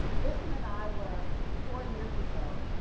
vishen and i were, four years ago.